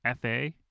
FA